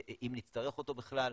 אם נצטרך אותו בכלל,